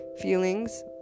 feelings